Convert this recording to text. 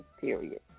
period